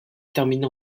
termina